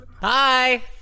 Hi